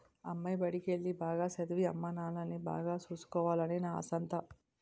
అమ్మాయి బడికెల్లి, బాగా సదవి, అమ్మానాన్నల్ని బాగా సూసుకోవాలనే నా ఆశంతా